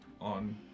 on